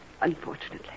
Unfortunately